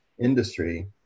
industry